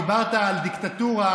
דיברת על דיקטטורה,